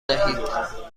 دهید